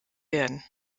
werden